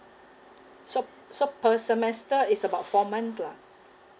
so so per semester is about four months lah